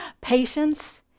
Patience